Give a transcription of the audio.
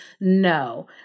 No